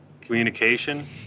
communication